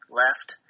left